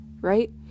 right